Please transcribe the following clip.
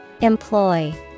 Employ